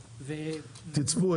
תצפו,